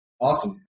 Awesome